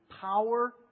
power